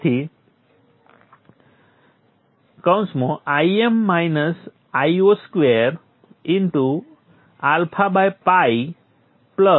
તેથી 2 απ Io2 π απ છે